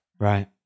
Right